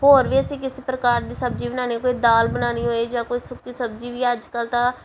ਹੋਰ ਵੀ ਅਸੀਂ ਕਿਸੇ ਪ੍ਰਕਾਰ ਦੀ ਸਬਜ਼ੀ ਬਣਾਉਣੀ ਕੋਈ ਦਾਲ ਬਣਾਉਣੀ ਹੋਏ ਜਾਂ ਕੋਈ ਸੁੱਕੀ ਸਬਜ਼ੀ ਵੀ ਅੱਜ ਕੱਲ ਤਾਂ